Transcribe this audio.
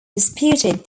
disputed